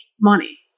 money